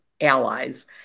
allies